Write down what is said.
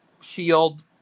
shield